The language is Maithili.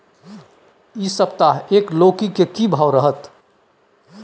इ सप्ताह एक लौकी के की भाव रहत?